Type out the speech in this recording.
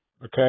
Okay